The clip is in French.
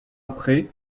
après